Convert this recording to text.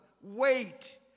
Wait